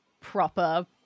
proper